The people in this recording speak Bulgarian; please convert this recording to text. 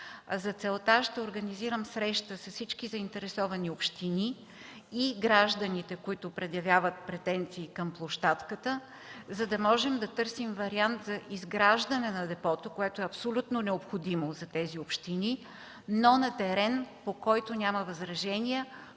За целта ще организирам среща с всички заинтересовани общини и гражданите, които предявяват претенции към площадката, за да можем да търсим вариант за изграждане на депото, което е абсолютно необходимо за тези общини, но на терен, по който няма възражения,